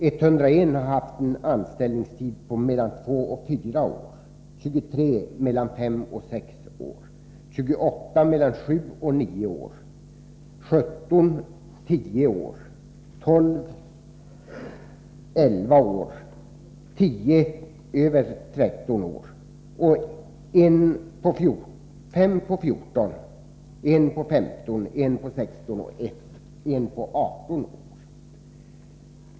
101 har haft en anställningstid på mellan 2 och 4 år, 23 mellan 5 och 6 år, 28 mellan 7 och 9 år. 17 har haft en anställningstid på 10 år, 12 på 11 år, 10 på 12 år, 1 på 13 år, 5 på 14 år, 1 på 15, 1 på 16 och 1 på 18 år.